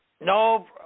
No